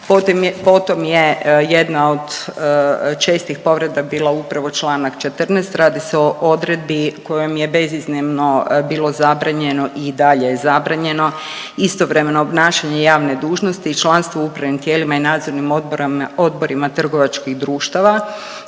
Potom je jedna od čestih povreda bila upravo Članak 14., radi se o odredbi kojom je beziznimno bilo zabranjeno i dalje je zabranjeno istovremeno obnašanje javne dužnosti i članstvo u upravnim tijelima i nadzornim odborima trgovačkih društava